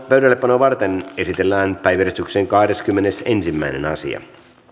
pöydällepanoa varten esitellään päiväjärjestyksen kahdeskymmenesensimmäinen asia